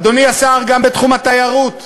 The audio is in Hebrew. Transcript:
אדוני השר, גם בתחום התיירות,